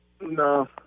No